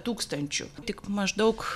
tūkstančių tik maždaug